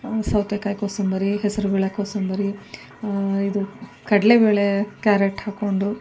ಸೌತೆಕಾಯಿ ಕೋಸಂಬರಿ ಹೆಸ್ರು ಬೇಳೆ ಕೋಸಂಬರಿ ಇದು ಕಡಲೆ ಬೇಳೆ ಕ್ಯಾರೆಟ್ ಹಾಕ್ಕೊಂಡು